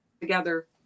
together